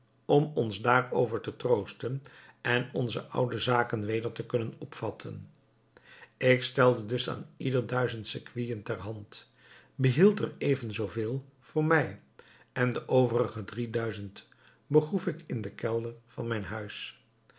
om ons daarover te troosten en onze oude zaken weder te kunnen opvatten ik stelde dus aan ieder duizend sequinen ter hand behield er even zoo veel voor mij en de overige drie duizend begroef ik in den kelder van mijn huis